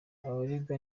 abaregwa